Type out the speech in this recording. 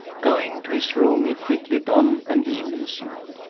going to his room, he quickly donned an evening suit,